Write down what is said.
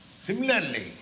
Similarly